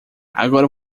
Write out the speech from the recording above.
agora